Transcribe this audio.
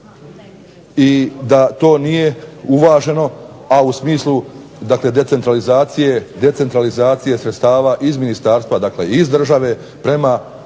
i da to nije uvaženo, a u smislu dakle decentralizacije sredstava iz ministarstva, dakle iz države prema